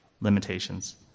limitations